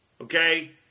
Okay